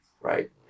right